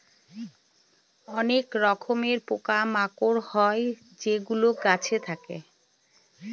অনেক রকমের পোকা মাকড় হয় যেগুলো গাছে থাকে